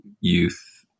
youth